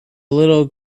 little